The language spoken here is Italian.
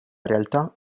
realtà